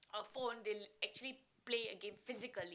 a phone they'll actually play a game physically